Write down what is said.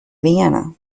vienna